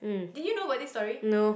did you know about this story